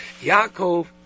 Yaakov